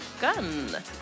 gun